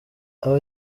aba